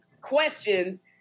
questions